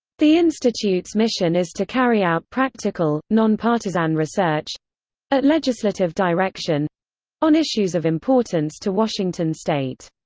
the institute's mission is to carry out practical, non-partisan research at legislative direction on issues of importance to washington state.